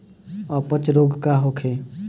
अपच रोग का होखे?